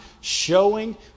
showing